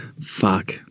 Fuck